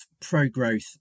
pro-growth